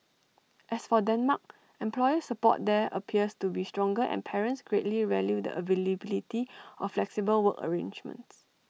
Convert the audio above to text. as for Denmark employer support there appears to be stronger and parents greatly value the availability of flexible work arrangements